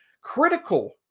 critical